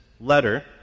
letter